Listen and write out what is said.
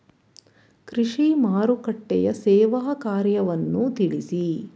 ಕೃಷಿ ಮಾರುಕಟ್ಟೆಯ ಸೇವಾ ಕಾರ್ಯವನ್ನು ತಿಳಿಸಿ?